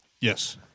Yes